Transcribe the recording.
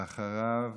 ואחריו,